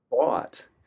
bought